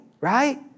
right